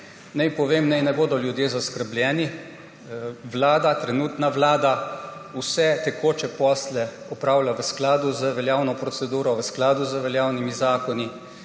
Naj povem, da naj ljudje ne bodo zaskrbljeni, trenutna vlada vse tekoče posle opravlja v skladu z veljavno proceduro, v skladu z javnimi zakoni.